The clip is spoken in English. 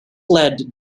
led